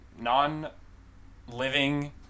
non-living